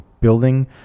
building